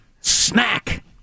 Snack